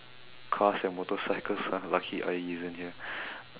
cars and motorcycles lucky Ayi here